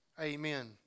amen